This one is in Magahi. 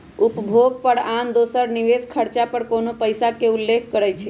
उपभोग कर आन दोसर निवेश खरचा पर कोनो पइसा के उल्लेख करइ छै